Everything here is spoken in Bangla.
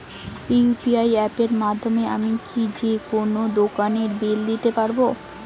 ইউ.পি.আই অ্যাপের মাধ্যমে আমি কি যেকোনো দোকানের বিল দিতে পারবো?